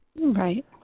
right